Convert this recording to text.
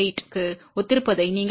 8 க்கு ஒத்திருப்பதை நீங்கள் காணலாம்